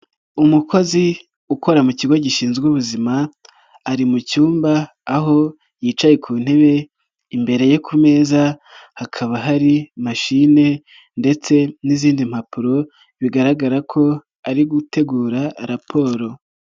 Umukozi ukora mu kigo gishinzwe ubuzima ari mu cyumba aho yicaye ku ntebe, imbere ye ku meza hakaba hari mashini ndetse n'izindi mpapuro bigaragara ko ari gutegura raporo.